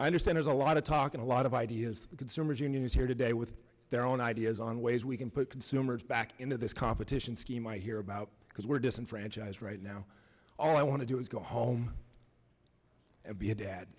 i understand is a lot of talking a lot of ideas the consumers union is here today with their own ideas on ways we can put consumers back into this competition scheme i hear about because we're disenfranchised right now all i want to do is go home and be a dad